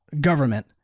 government